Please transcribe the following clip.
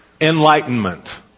enlightenment